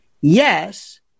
yes